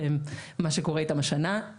כשמה שקורה איתם השנה,